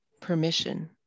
permission